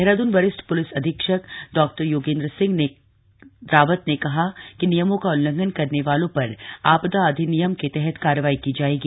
देहरादून वरिष्ठ पुलिस अधीक्षक डॉयोगेंद्र सिंह रावत ने कहा कि नियमों का उल्लंघन करने वालों पर आपदा अधिनियम के तहत कार्रवाई की जायेगी